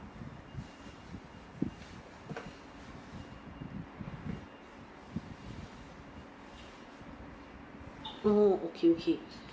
oh okay okay